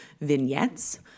vignettes